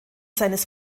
seines